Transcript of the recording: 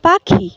পাখি